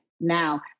now